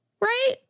right